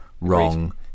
wrong